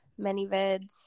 ManyVids